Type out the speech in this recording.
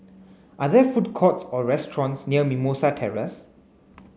are there food courts or restaurants near Mimosa Terrace